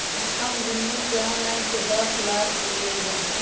हम गुनगुण के ऑनलाइन से दस लाख उधार देलिअई ह